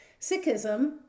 Sikhism